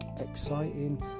exciting